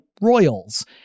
Royals